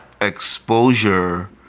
exposure